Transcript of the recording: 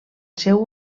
seu